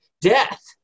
death